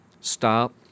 stop